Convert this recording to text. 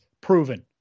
proven